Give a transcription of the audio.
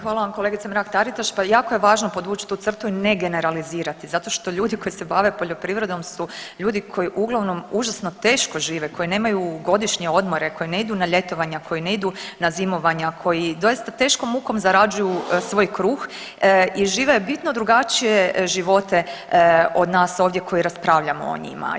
Hvala vam kolegice Mrak Taritaš, pa jako je važno podvući tu crtu i ne generalizirati zato što ljudi koji se bave poljoprivredom su ljudi koji uglavnom užasno teško žive, koji nemaju godišnje odmore, koji ne idu na ljetovanja, koji ne idu na zimovanja, koji doista teškom mukom zarađuju svoj kruh i žive bitno drugačije živote od nas ovdje koji raspravljamo o njima.